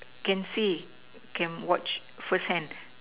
can see can watch first hand